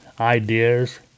ideas